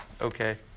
Okay